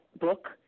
Book